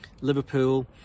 Liverpool